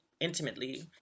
intimately